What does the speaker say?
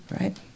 Right